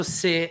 se